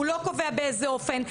הוא לא קובע באיזה אופן.